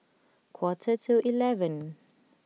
quarter to eleven